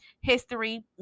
history